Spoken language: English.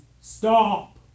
stop